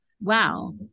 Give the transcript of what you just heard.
Wow